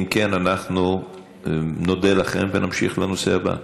אם כן, אנחנו נודה לכן ונמשיך לנושא הבא.